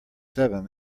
seven